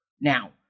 now